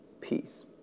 peace